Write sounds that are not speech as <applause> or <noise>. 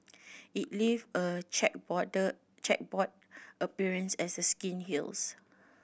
it leave a <unintelligible> chequerboard appearance as the skin heals